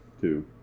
Two